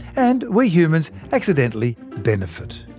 and we humans accidentally benefit.